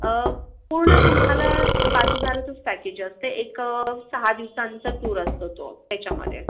अं पूर्ण तुम्हाला पाच हजारचंच पॅकेज असते एक सहा दिवसांचं टूर असतो तो त्याच्यामधे